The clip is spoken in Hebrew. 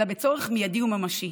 אלא בצורך מיידי וממשי.